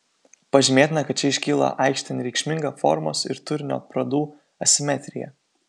pažymėtina kad čia iškyla aikštėn reikšminga formos ir turinio pradų asimetrija